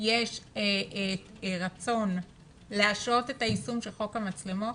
יש רצון להשהות את יישום חוק המצלמות,